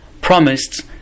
promised